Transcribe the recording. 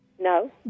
No